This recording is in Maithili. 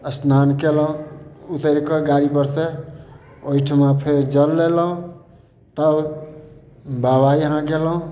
स्नान केलहुॅं उतैरि कऽ गाड़ी पर से ओहिठिमा फेर जल लेलहुॅं तब बाबा इहाँ गेलहुॅं